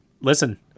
listen